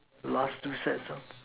last two sets lor